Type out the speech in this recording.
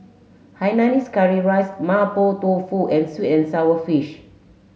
Hainanese curry rice mapo tofu and sweet and sour fish